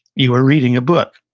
you were reading a book,